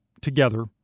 together